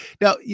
Now